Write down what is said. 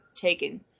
taken